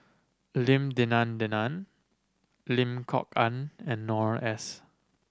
Lim Denan Denon Lim Kok Ann and Noor S